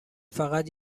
فقط